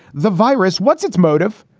the virus, what's its motive?